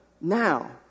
Now